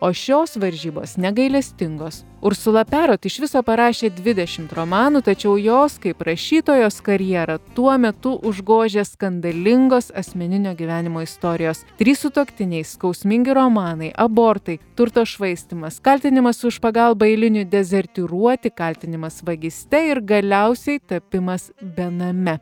o šios varžybos negailestingos ursula perot iš viso parašė dvidešimt romanų tačiau jos kaip rašytojos karjerą tuo metu užgožė skandalingos asmeninio gyvenimo istorijos trys sutuoktiniai skausmingi romanai abortai turto švaistymas kaltinimas už pagalbą eiliniui dezertyruoti kaltinimas vagyste ir galiausiai tapimas bename